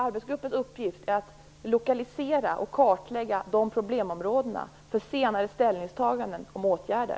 Arbetsgruppens uppgift är att lokalisera och kartlägga de problemområdena för senare ställningstaganden i fråga om åtgärder.